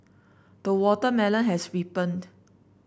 the watermelon has ripened